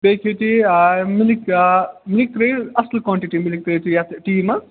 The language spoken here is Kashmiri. بیٚیہِ کھیٚیُو تُہۍ ٲں مِلِک ٲں مِلِک ترٛایو اصٕل کوانٛٹِٹی مِلِک ترٲیُو تُہۍ یَتھ ٹی منٛز